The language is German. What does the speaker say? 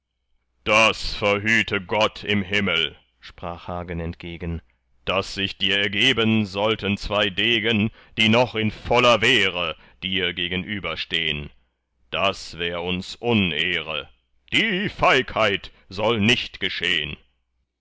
das verhüte gott im himmel sprach hagen entgegen daß sich dir ergeben sollten zwei degen die noch in voller wehre dir gegenüber stehn das wär uns unehre die feigheit soll nicht geschehn